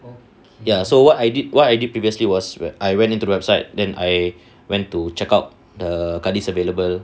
ya so what I did what I did previously was I went into website than I went to check out the kadi available